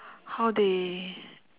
how they